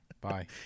Bye